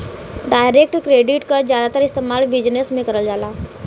direct credit क जादातर इस्तेमाल बिजनेस में करल जाला